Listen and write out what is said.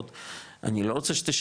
אני רוצה שתצא לעבוד,